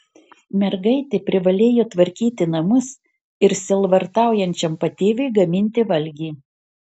mergaitė privalėjo tvarkyti namus ir sielvartaujančiam patėviui gaminti valgį